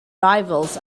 rivals